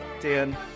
Dan